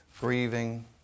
grieving